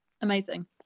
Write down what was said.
amazing